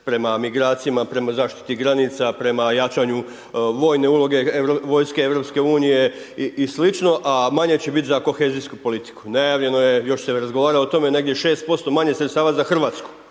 prema migracijama, prema zaštiti granica, prema jačanju vojne uloge vojske EU i sl., a manje će biti za kohezijsku politiku. Najavljeno je, još se razgovara o tome, negdje 6% manje sredstava za Hrvatsku.